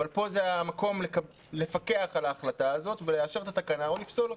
אבל פה זה המקום לפקח על ההחלטה הזאת ולאשר את התקנה או לפסול אותה.